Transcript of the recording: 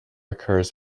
occurs